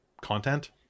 content